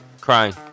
crying